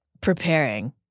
preparing